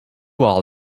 all